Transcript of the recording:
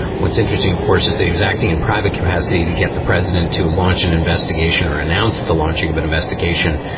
what's interesting, of course, is that he was acting in private capacity to get the president to launch an investigation or announced the launching of an investigation.